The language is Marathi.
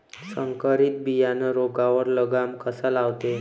संकरीत बियानं रोगावर लगाम कसा लावते?